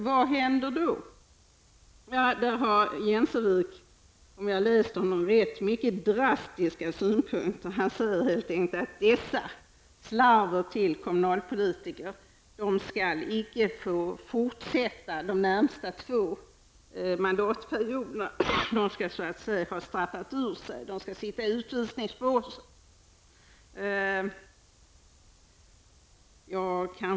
Hans Jensevik, framför, om jag har läst honom rätt, mycket drastiska synpunkter. Han säger helt enkelt att dessa slarver till kommunalpolitiker inte skall få fortsätta de närmaste två mandatperioderna. De har straffat ut sig och skall sitta i utvisningsbåset.